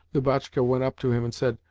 lubotshka went up to him and said,